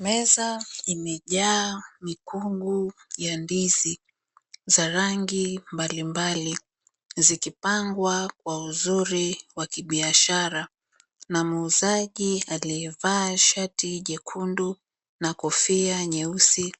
Meza imejaa mikungu ya ndizi za rangi mbalimbali zikipangwa kwa uzuri wa kibiashara na muuzaji aliyevaa shati jekundu na kofia nyeusi